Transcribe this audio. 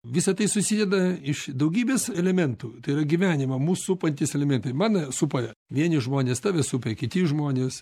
visa tai susideda iš daugybės elementų tai yra gyvenimą mus supantys elementai mane supa vieni žmonės tave supa kiti žmonės